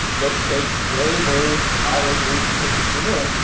that take very, very high resolution pictures of the moon.